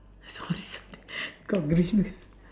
sorry sorry got green car